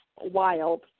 wild